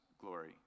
glory